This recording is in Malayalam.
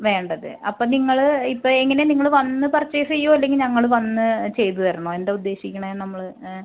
വേണ്ടത് അപ്പം നിങ്ങൾ ഇപ്പയെങ്ങനെയാണ് നിങ്ങൾ വന്ന് പർച്ചേയ്സ്സ് ചെയ്യുവോ അല്ലെങ്കിൽ ഞങ്ങൾ വന്ന് ചെയ്ത് തരണോ എന്താ ഉദ്ദേശിക്കണത് നമ്മൾ ഏ